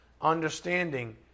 understanding